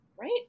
right